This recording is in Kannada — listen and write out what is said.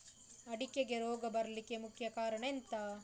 ಅಡಿಕೆಗೆ ರೋಗ ಬರ್ಲಿಕ್ಕೆ ಮುಖ್ಯ ಕಾರಣ ಎಂಥ?